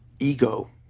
ego